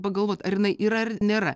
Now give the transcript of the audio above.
pagalvot ar jinai yra ar nėra